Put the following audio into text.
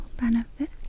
benefit